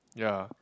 ya